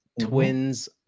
twins